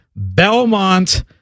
Belmont